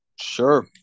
Sure